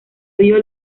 vio